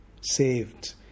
Saved